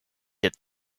hit